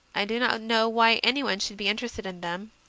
i do not know why anyone should be interested in them.